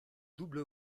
double